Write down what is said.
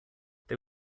they